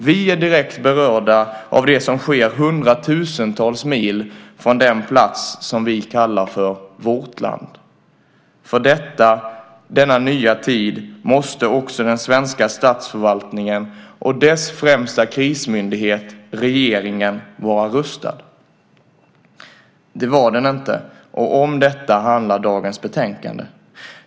Vi är direkt berörda av det som sker hundratusentals mil från den plats som vi kallar för vårt land. För detta, denna nya tid, måste också den svenska statsförvaltningen och dess främsta krismyndighet, regeringen, vara rustad. Det var den inte. Om detta handlar dagens betänkande.